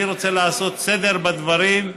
אני רוצה לעשות סדר בדברים,